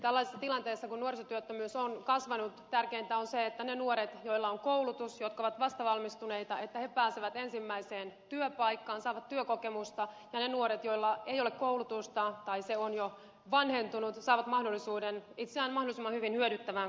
tällaisessa tilanteessa kun nuorisotyöttömyys on kasvanut tärkeintä on se että ne nuoret joilla on koulutus jotka ovat vastavalmistuneita pääsevät ensimmäiseen työpaikkaan saavat työkokemusta ja ne nuoret joilla ei ole koulutusta tai se on jo vanhentunut saavat mahdollisuuden itseään mahdollisimman hyvin hyödyttävään koulutukseen